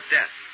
Death